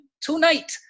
tonight